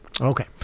okay